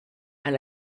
and